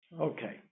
Okay